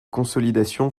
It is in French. consolidation